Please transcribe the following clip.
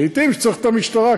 לעתים צריך את המשטרה,